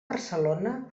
barcelona